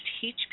teach